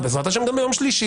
ובעזרת השם גם ביום שלישי.